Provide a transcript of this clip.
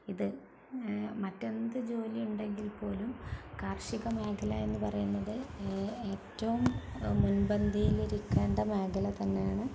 ഇത് മറ്റെന്ത് ജോലി ഉണ്ടെങ്കിൽ പോലും കാർഷിക മേഖല എന്ന് പറയുന്നത് ഏറ്റവും മുൻപന്തിയിൽ ഇരിക്കേണ്ട മേഖല തന്നെയാണ്